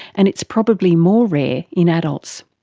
and it's probably more rare in adults.